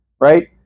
right